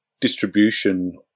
distribution